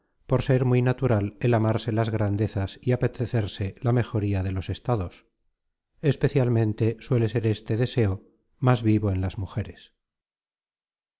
por ser muy natural el amarse las grandezas y apetecerse la mejoría de los estados especialmente suele ser este deseo más vivo en las mujeres